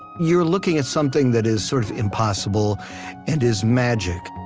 you're looking at something that is sort of impossible and is magic